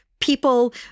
People